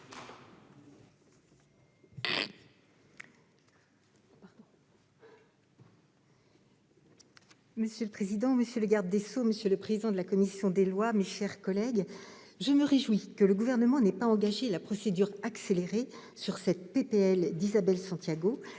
Monsieur le président, monsieur le garde des sceaux, monsieur le président de la commission des lois, mes chers collègues, je me réjouis que le Gouvernement n'ait pas engagé la procédure accélérée sur cette proposition de loi d'Isabelle Santiago,